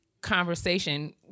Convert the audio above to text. conversation